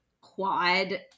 quad